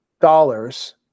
dollars